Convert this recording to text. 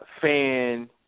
fan